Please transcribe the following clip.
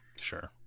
Sure